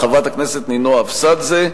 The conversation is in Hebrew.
חברת הכנסת נינו אבסדזה.